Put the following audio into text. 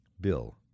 Bill